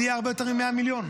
זה יהיה הרבה יותר מ-100 מיליון.